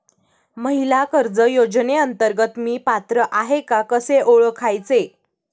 महिला कर्ज योजनेअंतर्गत मी पात्र आहे का कसे ओळखायचे?